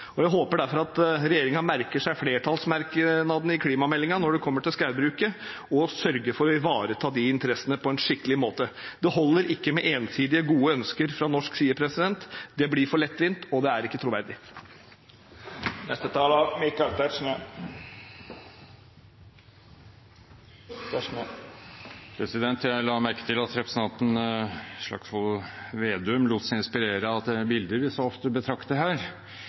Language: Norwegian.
på. Jeg håper derfor at regjeringen merker seg flertallsmerknadene i klimameldingen når det gjelder skogbruket, og sørger for å ivareta de interessene på en skikkelig måte. Det holder ikke med ensidige, gode ønsker fra norsk side. Det blir for lettvint, og det er ikke troverdig. Jeg la merke til at representanten Slagsvold Vedum lot seg inspirere av det bildet vi så ofte betrakter her.